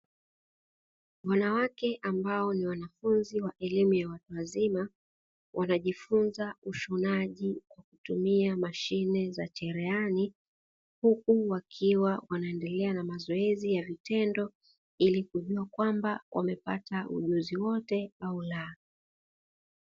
Wanawake ambao ni wanafunzi wa elimu ya watu wazima wanajifunza ushonaji kwa kutumia mashine za cherehani, huku wakiwa wanaendelea na mazoezi ya vitendo ili kujua kwamba wamepata ujuzi wote au la.